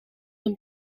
een